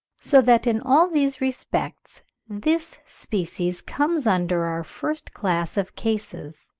so that in all these respects this species comes under our first class of cases